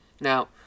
Now